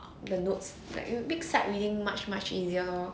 the notes like you make sight reading much much easier lor